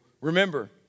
remember